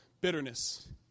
Bitterness